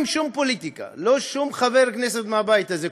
אין שום פוליטיקה: שום חבר כנסת מהבית הזה,